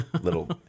little